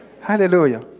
Hallelujah